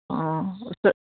অঁ